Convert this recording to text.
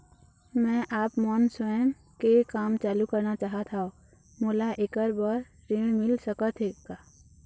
मैं आपमन स्वयं के काम चालू करना चाहत हाव, मोला ऐकर बर ऋण मिल सकत हे का?